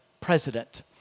president